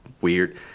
weird